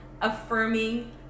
affirming